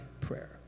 prayer